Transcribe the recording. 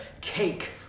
cake